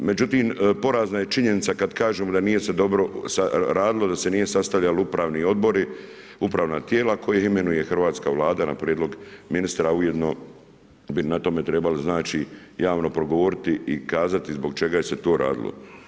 Međutim, porazna je činjenica, kada kažemo da nije se dobro radilo, da se nije sastajali upravni odbori, upravna tijela koje imenuje hrvatska Vlada na prijedlog ministra, ujedno bi na tome trebali znači javno progovoriti i kazati zbog čega je se to radilo.